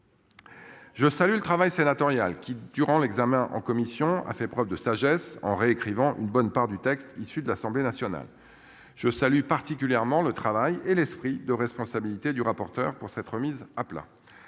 Je salue le travail sénatorial qui durant l'examen en commission a fait preuve de sagesse en réécrivant une bonne part du texte issu de l'Assemblée nationale. Je salue particulièrement le travail et l'esprit de responsabilité du rapporteur pour cette remise à plat.